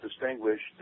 distinguished